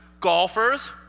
golfers